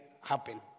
happen